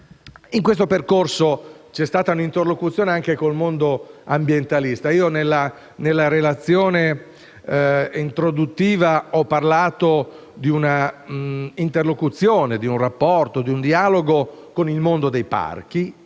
In questo percorso c'è stata un'interlocuzione anche con il mondo ambientalista. Nella relazione introduttiva ho parlato di una interlocuzione, di un rapporto, di un dialogo con il mondo dei parchi,